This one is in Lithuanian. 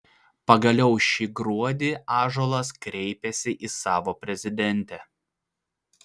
pagaliau šį gruodį ąžuolas kreipiasi į savo prezidentę